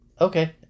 okay